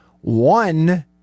one